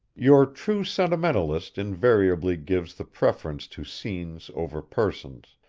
your true sentimentalist invariably gives the preference to scenes over persons,